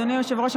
אדוני היושב-ראש,